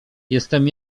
jestem